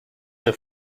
your